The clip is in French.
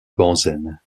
benzène